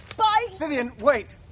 bye! vivienne! wait!